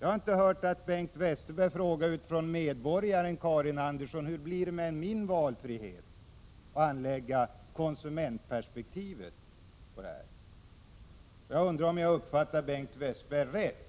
Jag har inte hört att Bengt Westerberg skulle anlägga ett konsumentperspektiv och från medborgaren Karin Anderssons utgångspunkt fråga hur det blir med valfriheten. Jag undrar om jag har uppfattat Bengt Westerberg rätt.